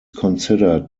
considered